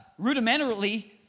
rudimentarily